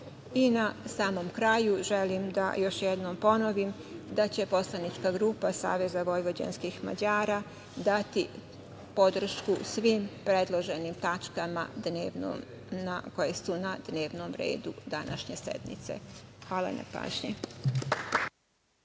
na samom kraju, želim da još jednom ponovim da će poslanička grupa SVM dati podršku svim predloženim tačkama koje su na dnevnom redu današnje sednice. Hvala na pažnji.